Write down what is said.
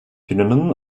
planın